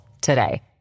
today